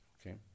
okay